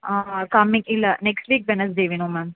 ஆ coming இல்லை next week Wednesday வேணும் ma'am